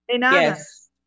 Yes